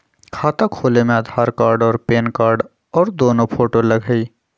खाता खोले में आधार कार्ड और पेन कार्ड और दो फोटो लगहई?